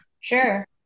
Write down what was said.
Sure